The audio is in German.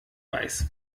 weiß